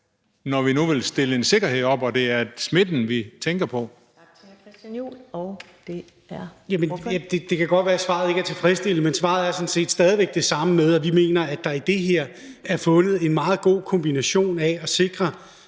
Christian Juhl, og det er ordføreren. Kl. 15:17 Henrik Møller (S): Det kan godt være, at svaret ikke er tilfredsstillende, men svaret er sådan set stadig væk det samme, nemlig at vi mener, at der i det her er fundet en meget god kombination af at sikre